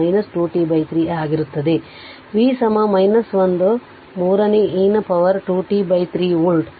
ಆದ್ದರಿಂದ V 1 ಮೂರನೇ e ನ ಪವರ್ 2 t 3 ವೋಲ್ಟ್